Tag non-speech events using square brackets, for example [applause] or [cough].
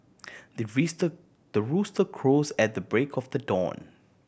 the [unintelligible] the rooster crows at the break of dawn